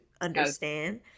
understand